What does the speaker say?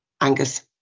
Angus